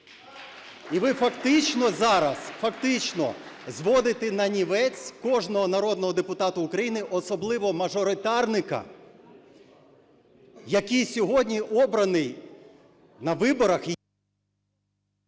І ви фактично зараз, фактично зводите нанівець кожного народного депутата України, особливо мажоритарника, який сьогодні обраний на виборах…